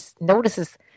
notices